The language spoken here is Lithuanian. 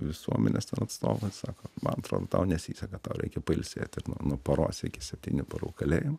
visuomenės ten atstovai sako man atro tau nesiseka tau reikia pailsėt nuo paros iki septynių parų kalėjimo